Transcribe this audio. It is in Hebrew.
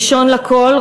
ראשון לכול,